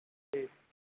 جی